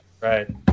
right